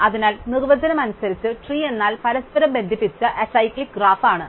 അതിനാൽ നിർവചനം അനുസരിച്ച് ട്രീ എന്നാൽ പരസ്പരം ബന്ധിപ്പിച്ച അസൈക്ലിക് ഗ്രാഫ് ആണ്